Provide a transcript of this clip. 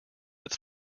its